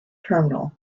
terminal